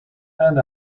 and